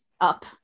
up